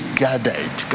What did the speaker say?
gathered